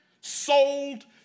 sold